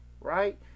right